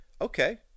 Okay